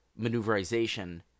maneuverization